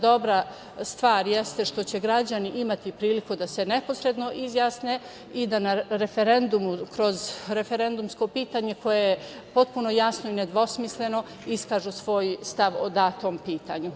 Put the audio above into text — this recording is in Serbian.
Dobra stvar jeste što će građani imati priliku da se neposredno izjasne i da na referendumu, kroz referendumsko pitanje koje je potpuno jasno i nedvosmisleno, iskažu svoj stav o datom pitanju.